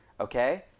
Okay